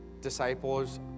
Disciples